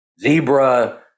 zebra